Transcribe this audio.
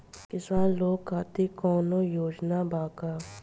किसान लोग खातिर कौनों योजना बा का?